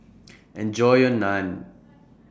Enjoy your Naan